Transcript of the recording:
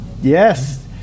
Yes